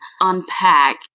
unpack